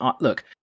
look